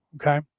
okay